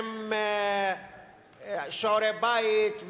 עם שיעורי-בית,